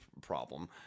problem